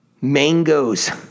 mangoes